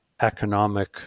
economic